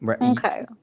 Okay